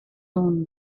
alone